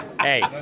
hey